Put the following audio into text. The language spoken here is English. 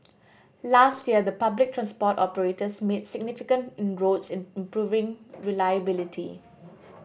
last year the public transport operators made significant inroads in improving reliability